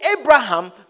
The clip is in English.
Abraham